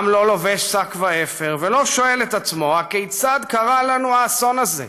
העם לא לובש שק ואפר ולא שואל את עצמו: הכיצד קרה לנו האסון הזה,